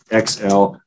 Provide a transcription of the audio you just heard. XL